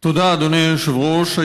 תודה, אדוני היושב-ראש.